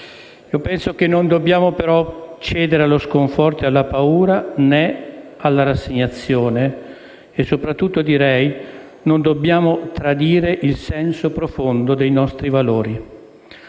Penso che non dobbiamo, però, cedere allo sconforto e alla paura, né alla rassegnazione; soprattutto non dobbiamo tradire il senso profondo dei nostri valori.